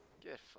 Get